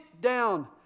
down